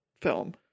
film